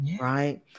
Right